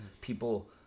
people